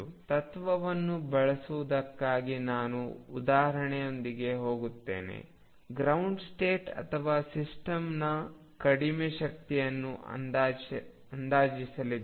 ತತ್ವವನ್ನು ಬಳಸುವುದಕ್ಕಾಗಿ ನಾನು ಉದಾಹರಣೆಯೊಂದಕ್ಕೆ ಹೋಗುತ್ತೇನೆ ಗ್ರೌಂಡ್ ಸ್ಟೇಟ್ ಅಥವಾ ಸಿಸ್ಟಮ್ನ ಕಡಿಮೆ ಶಕ್ತಿಯನ್ನು ಅಂದಾಜಿಸಲಿದ್ದೇವೆ